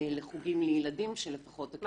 לחוגים לילדים, שלפחות הכסף ישמש למשהו.